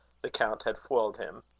the count had foiled him